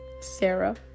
sarah